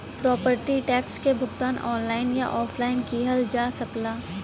property tax क भुगतान online या ऑफलाइन किहल जा सकला